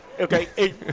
Okay